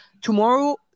tomorrow